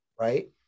Right